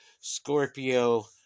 Scorpio